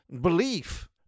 belief